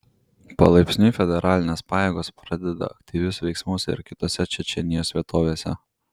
palaipsniui federalinės pajėgos pradeda aktyvius veiksmus ir kitose čečėnijos vietovėse